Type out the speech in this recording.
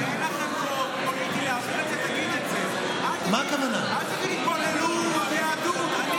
אין לכם רוב, אל תגיד: התבוללות, יהדות.